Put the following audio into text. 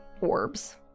orbs